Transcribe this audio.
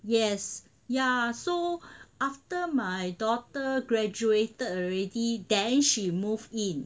yes yeah so after my daughter graduated already then she moved in